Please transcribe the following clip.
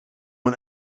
een